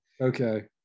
okay